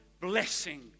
blessing